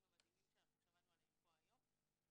המדהימים שאנחנו שמענו עליהם פה היום.